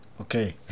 okay